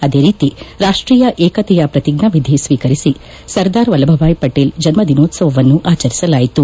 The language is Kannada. ಆದೇ ರೀತಿ ರಾಷ್ತೀಯ ಏಕತೆಯ ಪ್ರತಿಜ್ಞಾವಿಧಿ ಸ್ವೀಕರಿಸಿ ಸರ್ದಾರ್ ವಲ್ಲಭಭಾಯ್ ಪಟೇಲ್ರ ಜನ್ಮ ದಿನೋತ್ಸವವನ್ನು ಆಚರಿಸಲಾಯಿತು